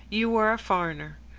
you are a foreigner.